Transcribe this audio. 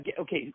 okay